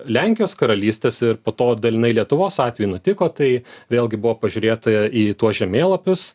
lenkijos karalystės ir po to dalinai lietuvos atveju nutiko tai vėlgi buvo pažiūrėta į tuos žemėlapius